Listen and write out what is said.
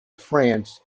france